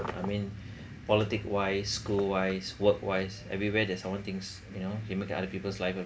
I mean politic wise school wise work wise everywhere there's someone thinks you know you making other people's life